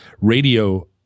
radio